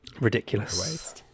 ridiculous